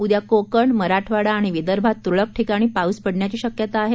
उद्या कोकण मराठवाडा आणि विदर्भात तुरळक ठिकाणी पाऊस पडण्याची शक्यता आहे